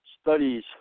studies